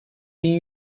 bin